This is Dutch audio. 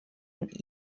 een